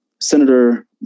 Senator